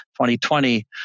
2020